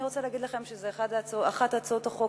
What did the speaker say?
אני רוצה להגיד לכם שזאת אחת מהצעות החוק